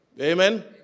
Amen